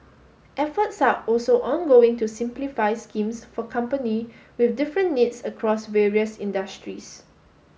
efforts are also ongoing to simplify schemes for company with different needs across various industries